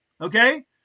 Okay